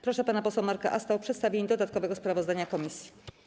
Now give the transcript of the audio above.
Proszę pana posła Marka Asta o przedstawienie dodatkowego sprawozdania komisji.